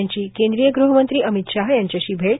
यांची केंद्रीय ग़हमंत्री अमित शाह यांच्याशी भेट